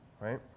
right